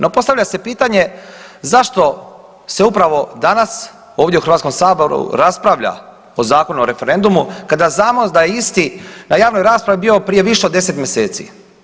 No, postavlja se pitanje zašto se upravo danas ovdje u HS-u raspravlja o Zakonu o referendumu kada znamo da je isti na javnoj raspravi bio prije više od 10 mjeseci.